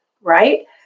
Right